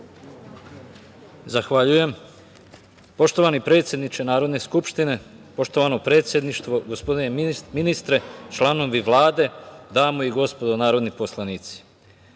Zahvaljujem. Poštovani predsedniče Narodne skupštine, poštovano predsedništvo, gospodine ministre, članovi Vlade, dame i gospodo narodni poslanici,